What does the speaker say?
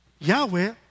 Yahweh